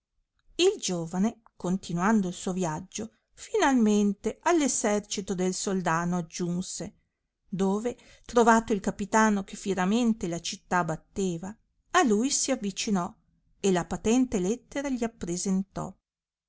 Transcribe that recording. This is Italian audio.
il giovane continuando il suo viaggio finalmente all essercito del soldano aggiunse dove trovato il capitano che fieramente la città batteva a lui si avvicinò e la patente lettera gli